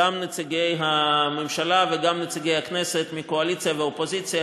גם נציגי הממשלה וגם נציגי הכנסת מהקואליציה ומהאופוזיציה,